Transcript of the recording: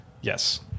Yes